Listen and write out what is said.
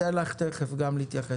ניתן לך תכף גם להתייחס.